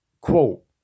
quote